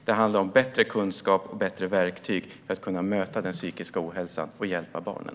Det handlar om bättre kunskap och bättre verktyg för att kunna möta den psykiska ohälsan och hjälpa barnen.